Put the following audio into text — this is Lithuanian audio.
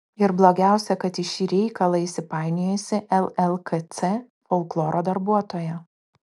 ir blogiausia kad į šį reikalą įsipainiojusi llkc folkloro darbuotoja